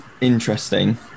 Interesting